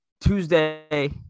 Tuesday